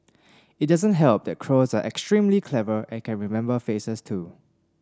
it doesn't help that crows are extremely clever and can remember faces too